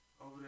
Over